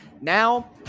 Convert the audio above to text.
Now